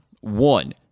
One